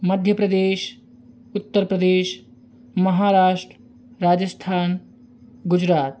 Madhya Pradesh Uttar Pradesh Maharashtra Rajasthan Gujarat